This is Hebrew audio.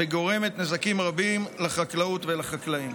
וגורמת נזקים רבים לחקלאות ולחקלאים.